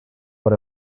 but